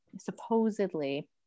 supposedly